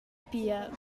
pia